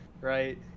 right